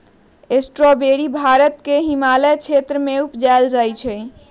strawberry Bharat के हिमालय क्षेत्र में उपजायल जाइ छइ